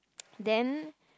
then